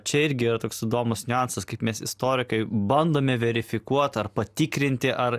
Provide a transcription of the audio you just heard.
čia irgi yra toks įdomus niuansas kaip mes istorikai bandome verifikuot ar patikrinti ar